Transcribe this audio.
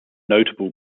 notable